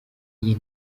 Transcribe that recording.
iyi